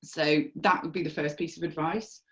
so that would be the first piece of advice,